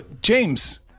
James